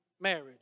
marriage